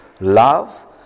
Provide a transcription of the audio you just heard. love